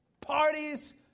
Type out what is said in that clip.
Parties